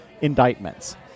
indictments